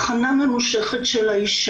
האחות החזיקה לי את היד ועודדה אותי.